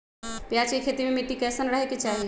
प्याज के खेती मे मिट्टी कैसन रहे के चाही?